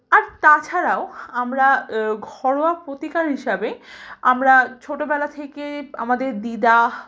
আর তাছাড়াও আমরা ঘরোয়া প্রতিকার হিসাবে আমরা ছোটোবেলা থেকে আমাদের দিদা